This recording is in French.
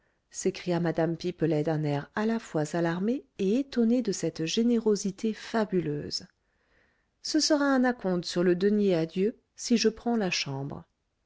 s'écria mme pipelet d'un air à la fois alarmé et étonné de cette générosité fabuleuse ce sera un à-compte sur le denier à dieu si je prends la chambre